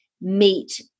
meet